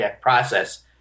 process